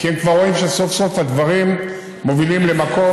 כי הם רואים שסוף-סוף הדברים מובילים למקום,